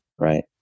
right